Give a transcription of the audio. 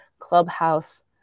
clubhouse